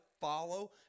Follow